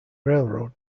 railroad